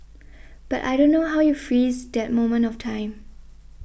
but I don't know how you freeze that moment of time